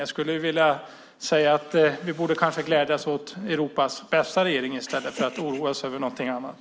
Jag skulle vilja säga att vi kanske borde glädja oss åt Europas bästa regering i stället för att oroa oss över någonting annat.